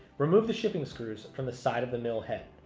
remove the shipping screws from the side of the mill head.